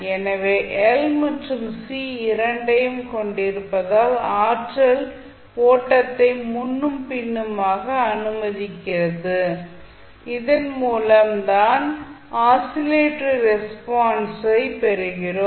எனவே எல் மற்றும் சி இரண்டையும் கொண்டிருப்பதால் ஆற்றல் ஓட்டத்தை முன்னும் பின்னுமாக அனுமதிக்கிறது இதன் மூலம் தான் ஆசிலேட்டரி ரெஸ்பான்சை பெறுகிறோம்